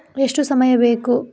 ಎಷ್ಟು ಸಮಯ ಬೇಕು?